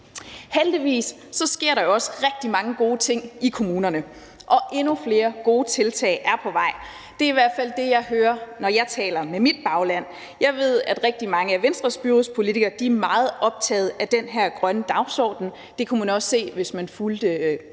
Heldigvis sker der også rigtig mange gode ting i kommunerne, og endnu flere gode tiltag er på vej. Det er i hvert fald det, jeg hører, når jeg taler med mit bagland. Jeg ved, at rigtig mange af Venstres byrådspolitikere er meget optagede af den her grønne dagsorden. Det kunne man også se, hvis man fulgte